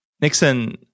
Nixon